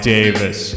Davis